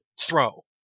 throw